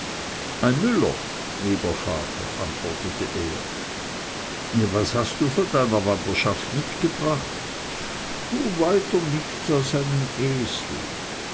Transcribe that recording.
ein müller lieber vater antwortete er was hast du von deiner wanderschaft mitgebracht weiter nichts als einen esel